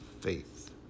faith